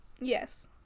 Yes